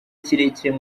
kirekire